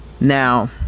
Now